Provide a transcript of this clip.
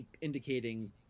indicating